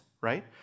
right